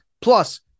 Plus